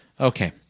Okay